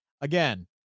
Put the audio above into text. Again